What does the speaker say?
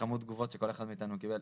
כמות התגובות שכל אחד מאתנו קיבל.